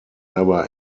never